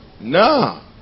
No